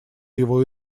его